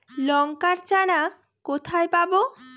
লঙ্কার চারা কোথায় পাবো?